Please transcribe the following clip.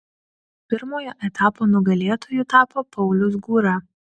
pirmojo etapo nugalėtoju tapo paulius gūra